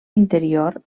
interior